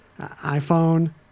iPhone